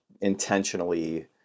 intentionally